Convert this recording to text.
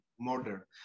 murder